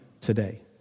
today